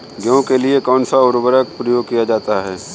गेहूँ के लिए कौनसा उर्वरक प्रयोग किया जाता है?